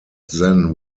then